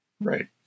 Right